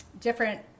different